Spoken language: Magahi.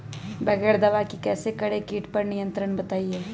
बगैर दवा के कैसे करें कीट पर नियंत्रण बताइए?